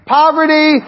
poverty